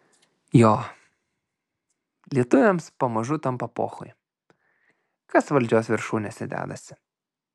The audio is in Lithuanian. jo lietuviams pamažu tampa pochui kas valdžios viršūnėse dedasi